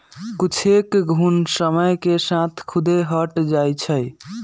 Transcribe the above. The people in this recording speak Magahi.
कुछेक घुण समय के साथ खुद्दे हट जाई छई